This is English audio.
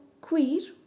queer